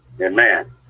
Amen